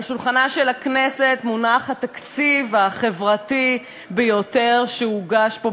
על שולחנה של הכנסת מונח התקציב החברתי ביותר שהוגש פה,